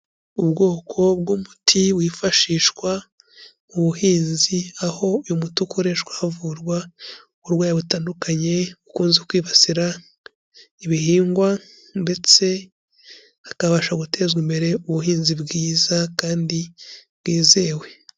Ubwoko bw'umuti wifashishwa mu buhinzi, aho uyu muti ukoreshwa havurwa uburwayi butandukanye bukunze kwibasira ibihingwa, ndetse hakabasha gutezwa imbere ubuhinzi bwiza kandi bwizewe.